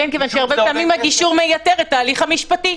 כי הרבה פעמים תהליך הגישור מייתר את ההליך המשפטים.